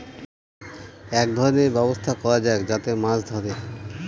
এক ধরনের ব্যবস্থা করা যাক যাতে মাছ ধরে